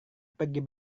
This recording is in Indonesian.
pergi